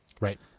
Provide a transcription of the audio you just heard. Right